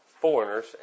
foreigners